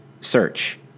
search